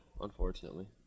unfortunately